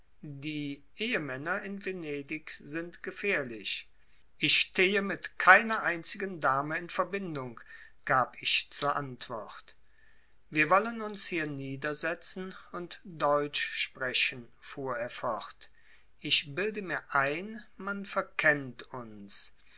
die ehemänner in venedig sind gefährlich ich stehe mit keiner einzigen dame in verbindung gab ich zur antwort wir wollen uns hier niedersetzen und deutsch sprechen fuhr er fort ich bilde mir ein man verkennt uns